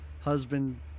husband